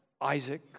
Isaac